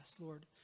Lord